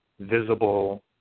visible